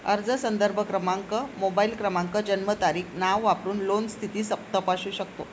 अर्ज संदर्भ क्रमांक, मोबाईल क्रमांक, जन्मतारीख, नाव वापरून लोन स्थिती तपासू शकतो